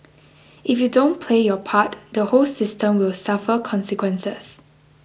if you don't play your part the whole system will suffer consequences